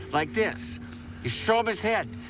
like this! you show him his head!